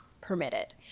permitted